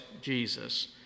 Jesus